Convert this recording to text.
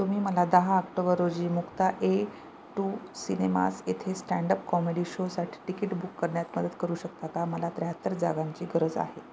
तुम्ही मला दहा आक्टोबर रोजी मुक्ता ए टू सिनेमास येथे स्टँडअप कॉमेडी शोसाठी तिकीट बुक करण्यात मदत करू शकता का मला त्र्याहत्तर जागांची गरज आहे